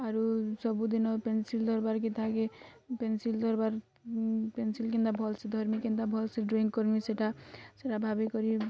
ଆରୁ ସବୁଦିନ ପେନ୍ସିଲ୍ ଧରିବାର୍ କେ ତାହାକେ ପେନ୍ସିଲ୍ ଧରିବାର୍ ପେନ୍ସିଲ୍ କିନ୍ତା ଭଲ୍ ସେ ଧରିମିଁ କିନ୍ତା ଭଲ୍ସେ ଡ଼୍ରଇଁ କରିମିଁ ସେଇଟା ସେଇଟା ଭାବିକରିଁ